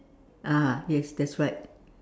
(uh huh) yes that's right